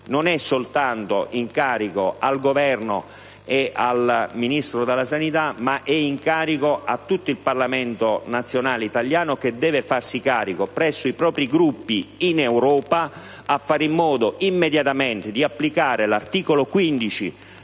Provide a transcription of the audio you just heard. non è soltanto in carico al Governo e al Ministro della salute, ma è in carico a tutto il Parlamento nazionale italiano, che deve farsi carico, presso i propri Gruppi in Europa, per fare in modo di applicare immediatamente